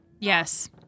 Yes